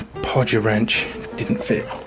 podger wrench didn't fit.